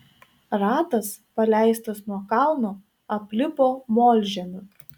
ratas paleistas nuo kalno aplipo molžemiu